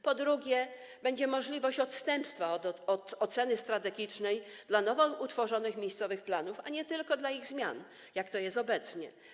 Po drugie, będzie możliwość odstępstwa od oceny strategicznej dla nowo utworzonych miejscowych planów, a nie tylko dla ich zmian, jak to jest obecnie.